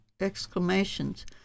exclamations